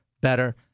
better